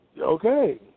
Okay